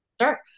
Sure